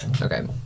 Okay